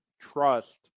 trust